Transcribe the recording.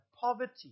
poverty